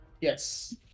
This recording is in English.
Yes